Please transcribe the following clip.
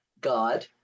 God